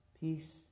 Peace